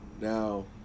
now